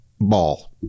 ball